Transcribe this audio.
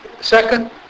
Second